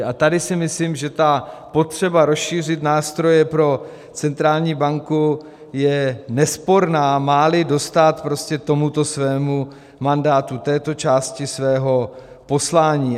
A tady si myslím, že potřeba rozšířit nástroje pro centrální banku je nesporná, máli dostát tomuto svému mandátu, této části svého poslání.